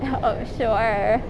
oh sure